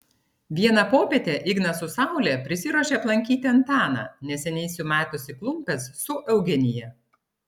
vieną popietę ignas su saule prisiruošė aplankyti antaną neseniai sumetusį klumpes su eugenija